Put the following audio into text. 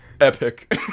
epic